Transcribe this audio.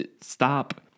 stop